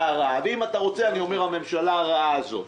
הרעה ואם אתה רוצה אני אומר "הממשלה הרעה הזו"